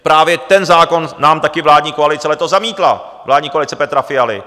Právě ten zákon nám taky vládní koalice letos zamítla, vládní koalice Petra Fialy.